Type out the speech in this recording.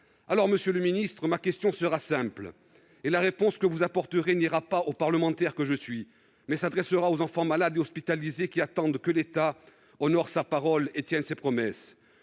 la parole de l'État. Ma question sera donc simple, et la réponse que le Gouvernement apportera n'ira pas au parlementaire que je suis, mais s'adressera aux enfants malades et hospitalisés qui attendent que l'État honore sa parole et tienne ses promesses.